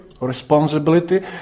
responsibility